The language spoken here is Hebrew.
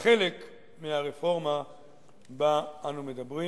כחלק מהרפורמה שבה אנו מדברים.